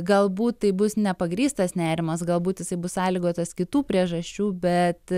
galbūt tai bus nepagrįstas nerimas galbūt jisai bus sąlygotas kitų priežasčių bet